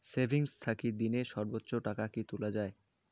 Savings থাকি দিনে সর্বোচ্চ টাকা কি তুলা য়ায়?